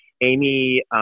Amy